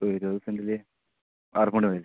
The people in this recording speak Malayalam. ഇരുപതുസെൻറില് വാർപ്പ് വീട് മതി